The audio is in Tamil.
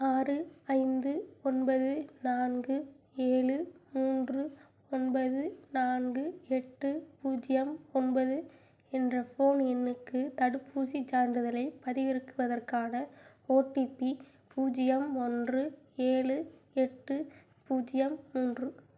ஆறு ஐந்து ஒன்பது நான்கு ஏழு மூன்று ஒன்பது நான்கு எட்டு பூஜ்ஜியம் ஒன்பது என்ற ஃபோன் எண்ணுக்கு தடுப்பூசிச் சான்றிதழைப் பதிவிறக்குவதற்கான ஓடிபி பூஜ்ஜியம் ஒன்று ஏழு எட்டு பூஜ்ஜியம் மூன்று